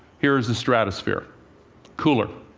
here's the stratosphere cooler.